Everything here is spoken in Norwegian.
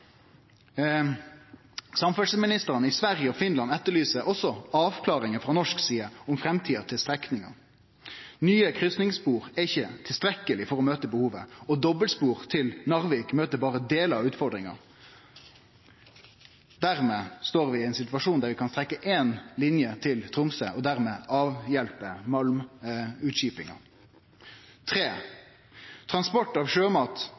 i Sverige og Finland etterlyser også avklaringar frå norsk side om framtida til strekninga. Nye kryssingsspor er ikkje tilstrekkeleg for å møte behovet, og dobbeltspor til Narvik møter berre delar av utfordringa. Dermed står vi i ein situasjon der vi kan trekkje ei linje til Tromsø og dermed avhjelpe malmutskipinga. For det tredje: Transport av sjømat